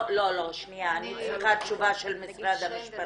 אני צריכה תשובה של משרד המשפטים.